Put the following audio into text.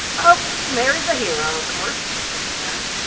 oh! she married the hero, of course, said the fairy.